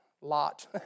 lot